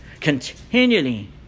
continually